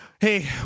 Hey